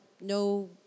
no